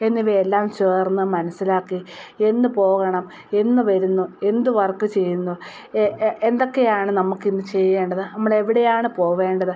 എന്നിവയെല്ലാം ചേർന്ന് മനസിലാക്കി എന്ന് പോകണം എന്ന് വരുന്നു എന്ത് വർക്ക് ചെയ്യുന്നു എന്തൊക്കെയാണ് നമുക്കിന്നു ചെയ്യേണ്ടത് നമ്മൾ എവിടെയാണ് പോവേണ്ടത്